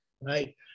right